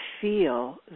feel